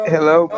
Hello